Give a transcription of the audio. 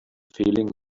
feeling